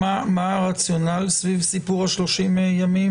מה הרציונל סביב סיפור 30 הימים?